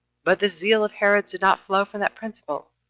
but this zeal of herod's did not flow from that principle,